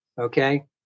Okay